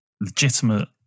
legitimate